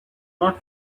not